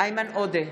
איימן עודה,